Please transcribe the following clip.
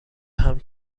حمل